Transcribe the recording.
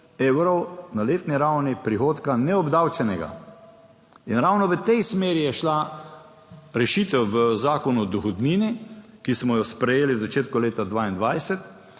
evrov na letni ravni prihodka neobdavčenega. In ravno v tej smeri je šla rešitev v Zakonu o dohodnini, ki smo jo sprejeli v začetku leta 2022,